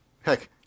heck